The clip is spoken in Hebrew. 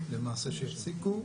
למעשה שיפסיקו.